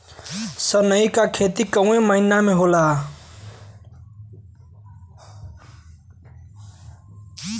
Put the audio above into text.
सनई का खेती कवने महीना में होला?